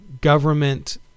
government